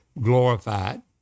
glorified